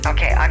Okay